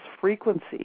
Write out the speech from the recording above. frequency